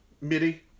midi